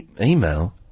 email